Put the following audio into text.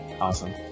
awesome